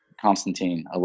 Constantine